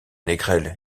négrel